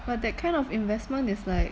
but that kind of investment is like